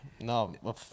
No